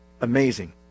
Amazing